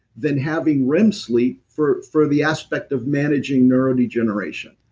than having rem sleep for for the aspect of managing neurodegeneration